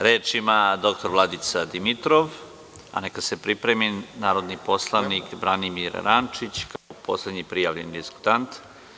Reč ima dr Vladica Dimitrov, a neka se pripremi narodni poslanik Branimir Rančić, kao poslednji prijavljeni diskutant.